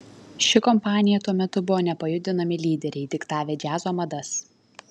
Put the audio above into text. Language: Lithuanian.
ši kompanija tuo metu buvo nepajudinami lyderiai diktavę džiazo madas